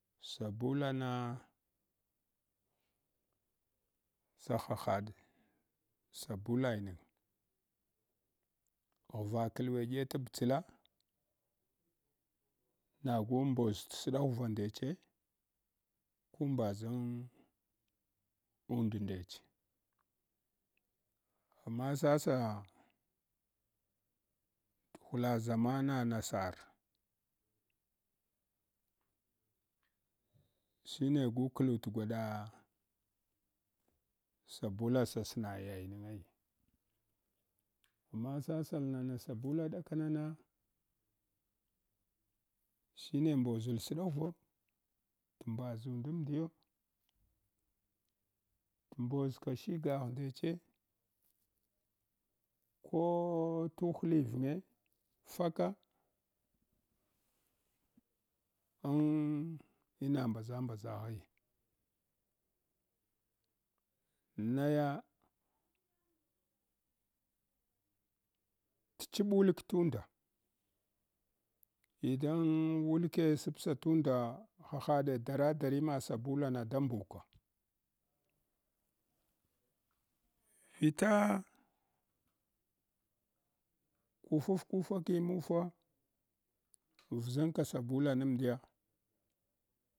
Sabula na sa hahaɗe sabulainag ghva kadwege t’ batsla nagu mboʒ t’ sdaghuwa ndeche ku mbaʒan und ndech amma sasa dhula zaman nasar shima gu klutu gwaɗa sabula sa sn yayngai amma sasal nama sabula ɗakanana shine mbozund suɗaghuvo tinvaʒundamndiyo t’ mbboʒka shigagh neche ko tuhlivnge faka ang mina mbaʒa mbaʒaghaya naya t’ chiɓ wulk tunda idan wulke sansa tunda hahaɗe dara-darima sabulana da mbuka vita kufufakumufa nʒanka sabulana mdiya.